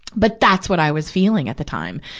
but that's what i was feeling at the time.